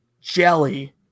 Jelly